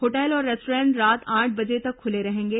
hotel और restaurant रात आठ बजे तक खुले रहेंगे